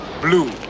Blue